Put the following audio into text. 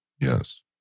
Yes